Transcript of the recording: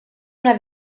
una